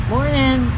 Morning